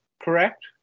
correct